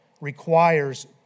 requires